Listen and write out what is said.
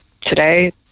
today